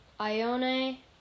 Ione